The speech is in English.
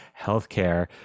healthcare